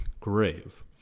grave